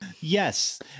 Yes